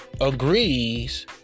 agrees